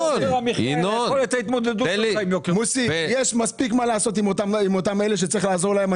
יש מספיק מה לעשות אם אלה שצריך לעזור להם.